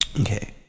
Okay